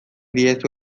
diezu